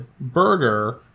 burger